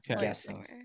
Guessing